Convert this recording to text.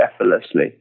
effortlessly